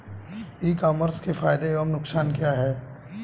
ई commerce के फायदे एवं नुकसान क्या हैं?